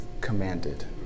commanded